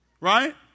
Right